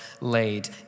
laid